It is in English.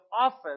office